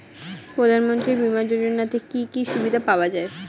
প্রধানমন্ত্রী বিমা যোজনাতে কি কি সুবিধা পাওয়া যায়?